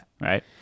Right